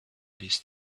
these